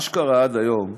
מה שקרה עד היום,